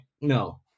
no